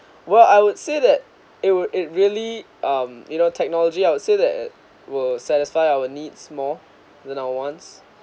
well I would say that it would it really um you know technology I would say that will satisfy our needs more than wants